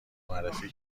معرفی